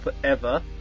forever